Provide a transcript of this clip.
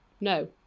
No